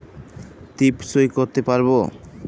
টিপ সই করতে পারবো?